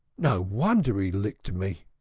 no wonder he licked me!